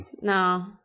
No